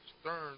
stern